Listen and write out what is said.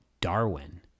Darwin